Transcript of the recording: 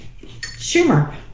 schumer